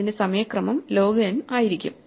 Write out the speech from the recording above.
അതിന്റെ സമയ ക്രമം ലോഗ് n ആയിരിക്കും